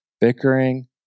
Bickering